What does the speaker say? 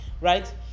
right